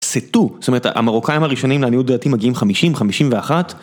סה תו, זאת אומרת המרוקאים הראשונים, לעניות דעתי, מגיעים חמישים, חמישים ואחת.